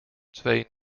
twee